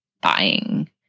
buying